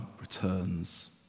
returns